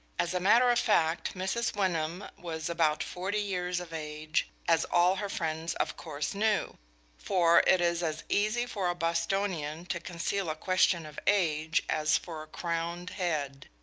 as a matter of fact, mrs. wyndham was about forty years of age, as all her friends of course knew for it is as easy for a bostonian to conceal a question of age as for a crowned head.